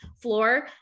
floor